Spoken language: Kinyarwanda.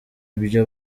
ibyo